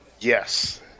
Yes